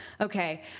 okay